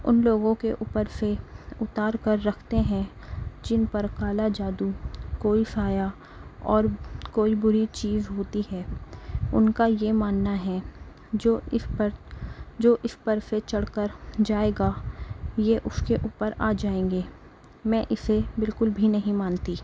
ان لوگوں کے اوپر سے اتار کر رکھتے ہیں جن پر کالا جادو کوئی سایہ اور کوئی بری چیز ہوتی ہے ان کا یہ ماننا ہے جو اس پر جو اس پر سے چڑھ کر جائے گا یہ اس کے اوپر آجائیں گے میں اسے بالکل بھی نہیں مانتی